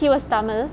he was tamil